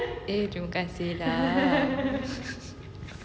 eh terima kasih lah